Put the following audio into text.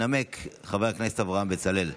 שינמק חבר הכנסת אברהם בצלאל.